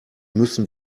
müssen